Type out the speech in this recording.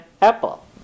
apple